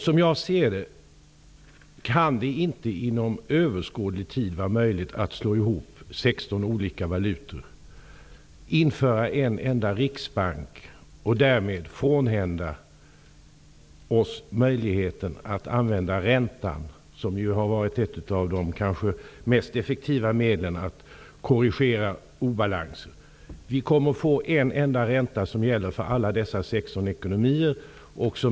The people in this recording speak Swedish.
Som jag ser det kan det inte inom överskådlig tid vara möjligt att slå ihop 16 olika valutor, införa en enda riksbank och därmed frånhända oss möjligheten att använda räntan, som har varit ett av de kanske mest effektiva medlen för att korrigera obalans. Vi kommer att få en enda ränta som gäller för alla dessa 16 ekonomier.